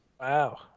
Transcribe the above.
wow